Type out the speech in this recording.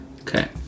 Okay